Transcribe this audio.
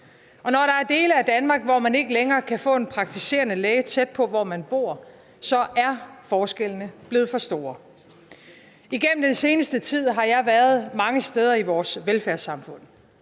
Og når der er dele af Danmark, hvor man ikke længere kan få en praktiserende læge tæt på, hvor man bor, så er forskellene blevet for store. Igennem den seneste tid har jeg været mange steder i vores velfærdssamfund.